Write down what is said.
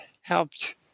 helped